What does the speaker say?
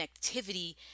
connectivity